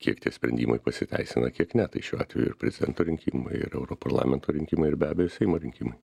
kiek tie sprendimai pasiteisina kiek ne tai šiuo atveju ir prezidento rinkimai ir europarlamento rinkimai ir be abejo seimo rinkimai